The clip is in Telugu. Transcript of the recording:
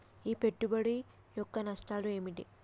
ఈ పెట్టుబడి యొక్క నష్టాలు ఏమిటి?